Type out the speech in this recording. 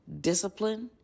discipline